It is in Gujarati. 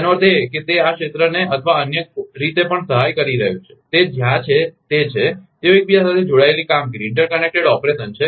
તેનો અર્થ એ કે તે આ ક્ષેત્રને અથવા અન્ય રીતે પણ સહાય કરી રહ્યું છે તે જ્યાં તે છે તેઓ એકબીજા સાથે જોડાયેલી કામગીરી છે